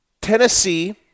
Tennessee